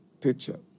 picture